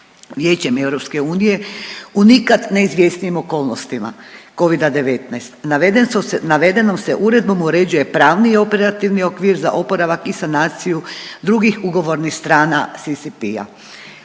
Vijećem EU u nikad ne izvjesnijim okolnostima Covida-19. Navedenom se uredbom uređuje pravni i operativni okvir za oporavak i sanaciju drugih ugovornih strana CCP-a.